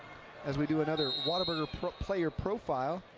as we do another whataburger player profile,